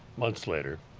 months later.